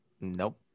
Nope